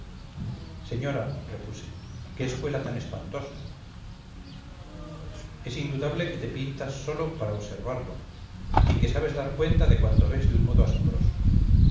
señora repuse qué escuela tan espantosa es indudable que te pintas solo para observarlo y que sabes dar cuenta de cuanto ves de un modo asombroso